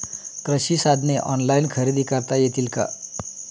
कृषी साधने ऑनलाइन खरेदी करता येतील का?